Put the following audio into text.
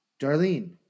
Darlene